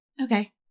okay